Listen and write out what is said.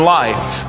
life